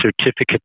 Certificate